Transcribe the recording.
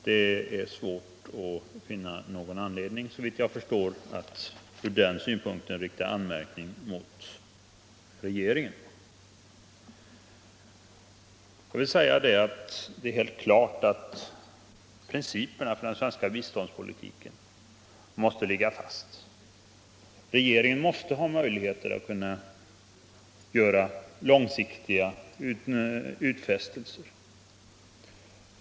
Såvitt jag förstår, är det svårt att finna någon anledning att från den synpunkten rikta anmärkning mot regeringen. Det är helt klart att principerna för den svenska biståndspolitiken måste ligga fast. Regeringen måste ha möjligheter att göra långsiktiga utfästelser.